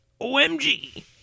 OMG